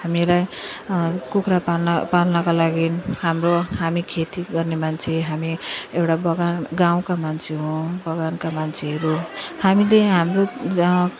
हामीलाई कुखुरा पाल्न पाल्नका लागि हाम्रो हामी खेती गर्ने मान्छे हामी एउटा बगान गाउँको मान्छे हुँ बगानका मान्छेहरू हामीले हाम्रो